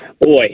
boy